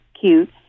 cute